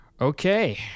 okay